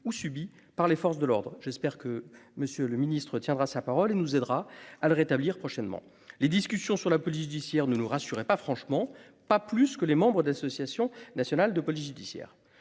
ou subies par les forces de l'ordre. J'espère que Monsieur le Ministre tiendra sa parole et nous aidera à le rétablir prochainement les discussions sur la police judiciaire ne nous rassurer pas franchement pas plus que les membres d'association nationale de police judiciaire